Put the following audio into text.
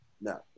No